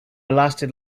lasted